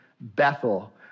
Bethel